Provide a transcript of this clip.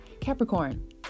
Capricorn